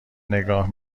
نگاه